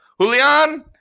Julian